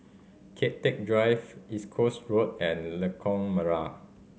Kian Teck Drive East Coast Road and Lengkok Merak